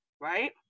Right